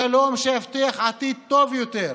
שלום שיבטיח עתיד טוב יותר,